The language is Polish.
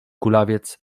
kulawiec